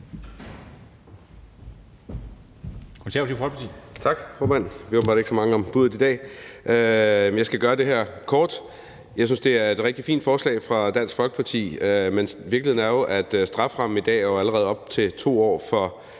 Tak, formand. Vi åbenbart ikke så mange om buddet i dag. Jeg skal gøre det her kort. Jeg synes, det er et rigtig fint forslag fra Dansk Folkeparti, men virkeligheden er jo, at strafferammen allerede i dag er op til 2 år for